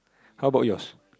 how about yours